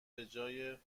بجای